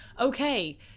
Okay